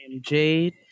Jade